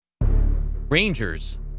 rangers